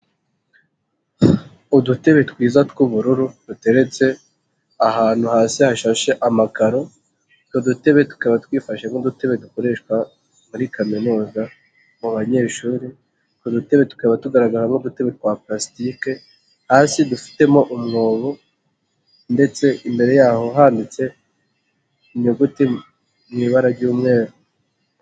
Udutebe twiza tw'ubururu duteretse ahantu hasi hashashe amakaro, utwo dutebe tukaba twifashe nk'udutebe dukoreshwa muri kaminuza mu banyeshuri, utwo dutebe tukaba tugaragaramo udutebe twa palasitike, hasi dufitemo umwobo ndetse imbere yaho handitse inyuguti mu ibara ry'umweru.